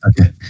Okay